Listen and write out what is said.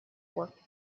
work